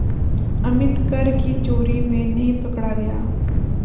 अमित कर की चोरी में नहीं पकड़ा गया